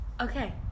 Okay